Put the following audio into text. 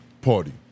party